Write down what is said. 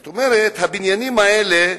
זאת אומרת, הבניינים האלה,